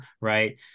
right